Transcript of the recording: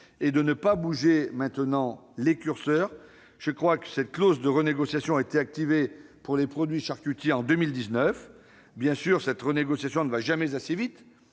et de ne pas bouger maintenant les curseurs. Je crois savoir que cette clause de renégociation a été activée pour les produits charcutiers en 2019. Bien sûr, je le concède, cette renégociation ne va jamais assez vite,